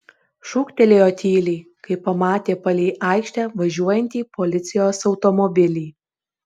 šūktelėjo tyliai kai pamatė palei aikštę važiuojantį policijos automobilį